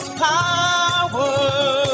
power